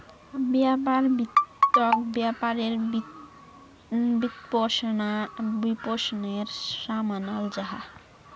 व्यापार वित्तोक व्यापारेर वित्त्पोशानेर सा मानाल जाहा